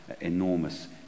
enormous